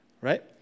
Right